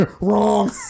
wrong